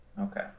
Okay